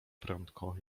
prędko